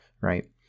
right